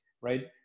right